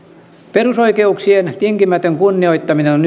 perusoikeuksien tinkimätön kunnioittaminen on